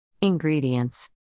Ingredients